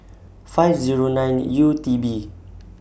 five Zero nine U T B